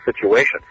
situation